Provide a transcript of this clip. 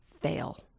Fail